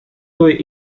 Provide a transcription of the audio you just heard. той